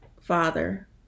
Father